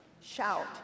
shout